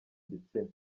gitsina